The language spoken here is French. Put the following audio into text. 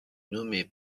nommé